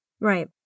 Right